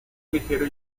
ligero